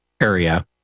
area